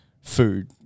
food